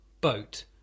boat